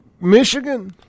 Michigan